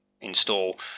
install